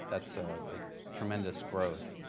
that's a tremendous growth.